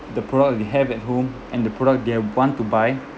the product they have at home and the product they want to buy